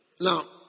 Now